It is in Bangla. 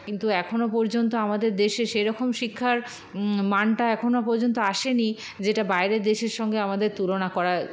কিন্তু এখনো পর্যন্ত আমাদের দেশে সেরকম শিক্ষার মানটা এখন পর্যন্ত আসে নি যেটা বাইরের দেশের সঙ্গে আমাদের তুলনা করা